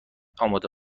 آماده